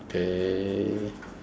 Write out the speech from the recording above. okay